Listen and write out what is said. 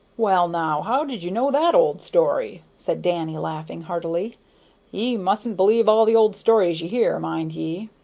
well, now, how did you know that old story? said danny, laughing heartily ye mustn't believe all the old stories ye hear, mind ye!